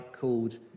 called